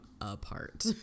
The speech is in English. apart